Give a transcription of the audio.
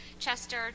Chester